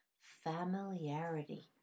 Familiarity